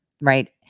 right